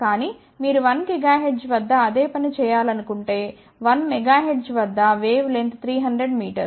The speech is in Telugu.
కానీ మీరు 1 మెగాహెర్ట్జ్ వద్ద అదే పని చేయాలనుకుంటే 1 మెగాహెర్ట్జ్ వద్ద వేవ్ లెంగ్త్ 300 మీటర్లు